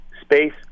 space